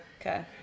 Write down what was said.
Okay